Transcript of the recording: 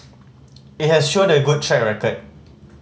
it has shown a good track record